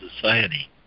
Society